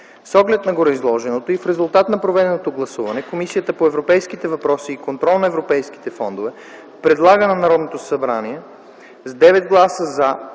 С оглед на гореизложеното и в резултат на проведеното гласуване, Комисията по европейските въпроси и контрол на европейските фондове предлага на Народното събрание с 9 гласа „за”